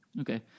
Okay